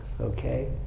Okay